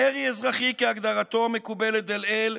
מרי אזרחי, כהגדרתו המקובלת דלעיל,